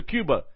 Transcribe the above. Cuba